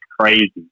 crazy